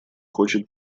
хочет